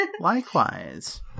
Likewise